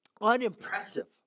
unimpressive